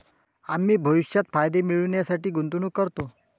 आम्ही भविष्यात फायदे मिळविण्यासाठी गुंतवणूक करतो